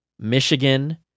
Michigan